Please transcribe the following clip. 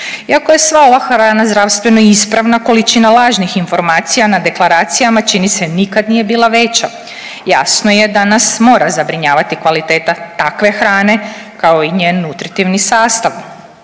Iako je sva ova hrana zdravstveno ispravna, količina lažnih informacija na deklaracija, čini se, nikad nije bila veća. Jasno je da nas mora zabrinjavati kvaliteta takve hrane, kao i njen nutritivni sastav.